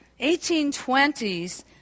1820s